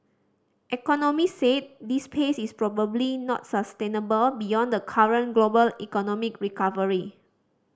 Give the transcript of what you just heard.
economist said this pace is probably not sustainable beyond the current global economic recovery